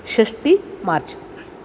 षष्टि मार्च्